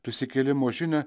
prisikėlimo žinią